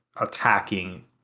attacking